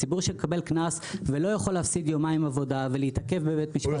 הציבור שמקבל קנס ולא יכול להפסיד יומיים עבודה ולהתעכב בבית משפט.